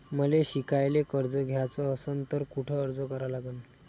मले शिकायले कर्ज घ्याच असन तर कुठ अर्ज करा लागन?